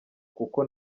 kuko